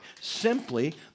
Simply